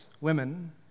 women